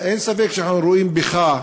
אין ספק שאנחנו רואים בך,